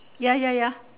ya ya ya